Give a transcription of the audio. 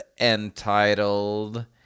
entitled